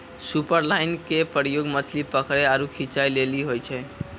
superline के प्रयोग मछली पकरै आरु खींचै लेली होय छै